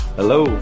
hello